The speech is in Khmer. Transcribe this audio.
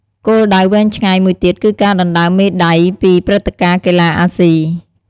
គោលដៅវែងឆ្ងាយមួយទៀតគឺការដណ្ដើមមេដាយពីព្រឹត្តិការណ៍កីឡាអាស៊ី។